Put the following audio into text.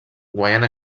guanyant